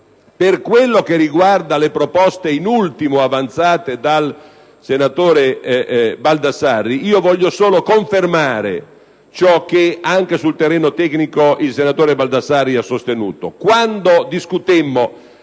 Per quanto riguarda le proposte da ultimo avanzate dal senatore Baldassarri, voglio solo confermare ciò che anche sul terreno tecnico il senatore Baldassarri ha sostenuto. Quando discutemmo